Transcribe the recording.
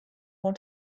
want